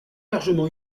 largement